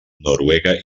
noruega